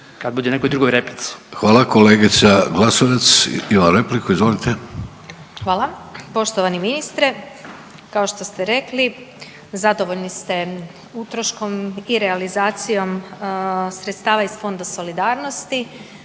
Kolegica Glasovac ima repliku, izvolite. **Glasovac, Sabina (SDP)** Hvala. Poštovani ministre, kao što ste rekli zadovoljni ste utroškom i realizacijom sredstava iz Fonda solidarnosti